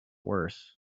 worse